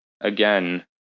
again